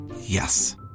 Yes